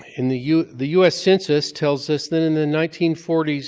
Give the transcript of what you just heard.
in the u the u s. census tells us that in the nineteen forty s,